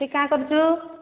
ତୁଇ କାଣା କରୁଛୁ